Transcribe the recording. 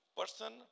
person